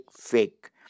fake